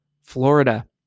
Florida